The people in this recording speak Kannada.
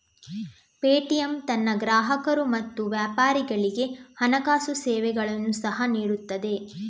ಪೇಟಿಎಮ್ ತನ್ನ ಗ್ರಾಹಕರು ಮತ್ತು ವ್ಯಾಪಾರಿಗಳಿಗೆ ಹಣಕಾಸು ಸೇವೆಗಳನ್ನು ಸಹ ನೀಡುತ್ತದೆ